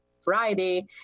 Friday